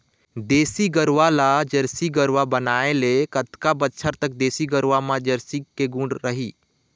देसी गरवा ला जरसी गरवा बनाए ले कतका बछर तक देसी गरवा मा जरसी के गुण रही?